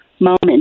moment